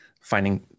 finding